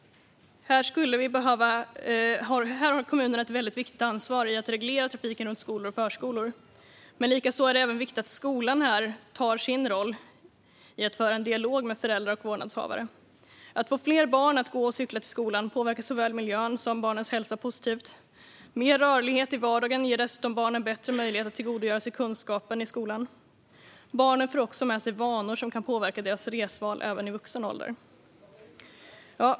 Här har kommunerna ett viktigt ansvar när det gäller att reglera trafiken runt skolor och förskolor. Det är även viktigt att skolan fullgör sin roll när det gäller att föra en dialog med föräldrar och vårdnadshavare. Om fler barn går och cyklar till skolan påverkas såväl miljön som barnens hälsa positivt. Mer rörlighet i vardagen ger dessutom barnen bättre möjlighet att tillgodogöra sig kunskap i skolan. Barnen får också med sig vanor som kan påverka deras resval även i vuxen ålder.